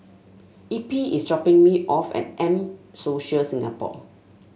Eppie is dropping me off at M Social Singapore